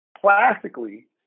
Classically